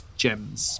gems